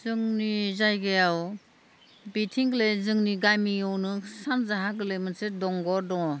जोंनि जायगायाव बिथिंलाय जोंनि गामियावनो सानजाहा गोग्लैयो मोनसे दंग दङ